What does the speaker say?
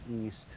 East